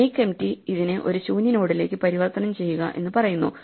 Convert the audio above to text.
makeempty ഇതിനെ ഒരു ശൂന്യ നോഡിലേക്ക് പരിവർത്തനം ചെയ്യുക എന്ന് പറയുന്നു